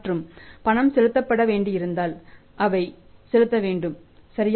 மற்றும் பணம் செலுத்தப்பட வேண்டியிருந்தால் அதை செலுத்த வேண்டும் சரியா